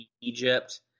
Egypt